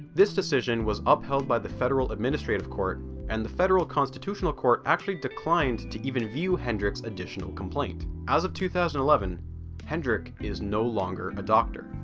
this decision was upheld by the federal administrative court and the federal constitutional court actually declined to even view hendrik's additional complaint. as of two thousand and eleven hendrik is no longer a doctor.